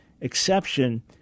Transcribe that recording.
exception